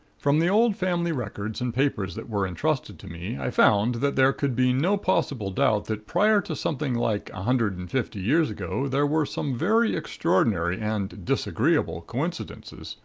from the old family records and papers that were entrusted to me i found that there could be no possible doubt that prior to something like a hundred and fifty years ago there were some very extraordinary and disagreeable coincidences,